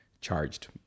charged